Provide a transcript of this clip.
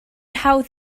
hawdd